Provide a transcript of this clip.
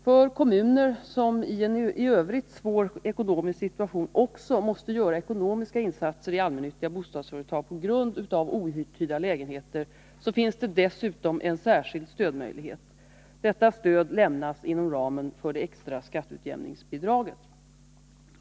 För kommuner som i en i övrigt svår ekonomisk situation också måste göra ekonomiska insatser i allmännyttiga bostadsfökild stödmöjlighet. Detta stöd lämnas inom ramen för det extra skatteutjämningsbidraget.